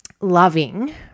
loving